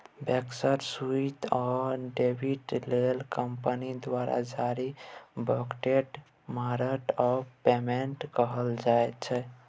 बैंकसँ सुदि या डिबीडेंड लेल कंपनी द्वारा जारी बाँडकेँ बारंट आफ पेमेंट कहल जाइ छै